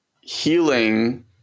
healing